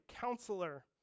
counselor